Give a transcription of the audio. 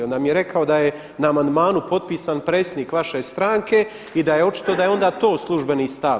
On nam je rekao da je na amandmanu potpisan predsjednik vaše stranke i da je očito da je onda to službeni stav.